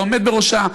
לעומד בראשה,